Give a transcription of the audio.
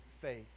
faith